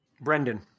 brendan